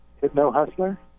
Hypno-Hustler